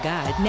God